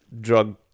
Drug